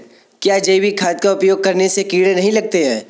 क्या जैविक खाद का उपयोग करने से कीड़े नहीं लगते हैं?